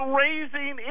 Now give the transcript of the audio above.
raising